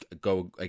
go